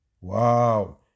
Wow